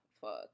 fuck